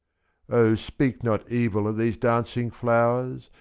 o speak not evil of these dancing flowers,